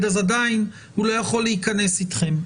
עדיין הוא לא יכול להיכנס אתכם.